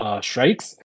strikes